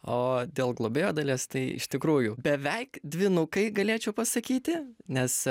o dėl globėjo dalies tai iš tikrųjų beveik dvynukai galėčiau pasakyti nes